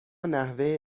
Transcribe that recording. نحوه